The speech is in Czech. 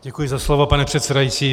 Děkuji za slovo, pane předsedající.